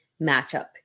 matchup